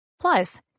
Plus